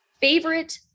Favorite